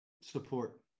Support